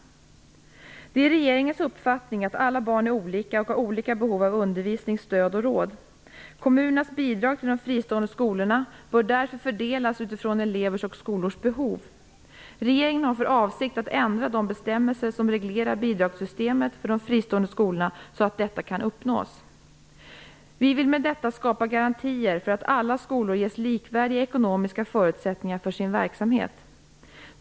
Det är regeringens uppfattning att alla barn är olika och har olika behov av undervisning, stöd och råd. Kommunernas bidrag till de fristående skolorna bör därför fördelas utifrån elevers och skolors behov. Regeringen har för avsikt att ändra de bestämmelser som reglerar bidragssystemet för de fristående skolorna så att detta kan uppnås. Vi vill med detta skapa garantier för att alla skolor ges likvärdiga ekonomiska förutsättningar för sin verksamhet.